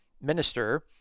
minister